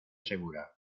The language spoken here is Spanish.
segura